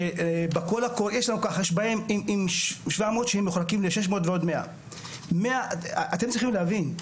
יש 700 שהם מחולקים ל-600 ועוד 100. אתם צריכים להבין,